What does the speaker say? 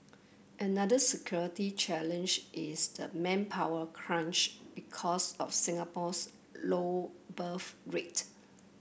another security challenge is the manpower crunch because of Singapore's low birth rate